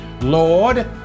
Lord